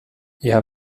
ihr